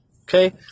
okay